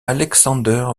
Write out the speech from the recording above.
alexander